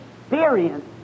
experience